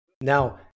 Now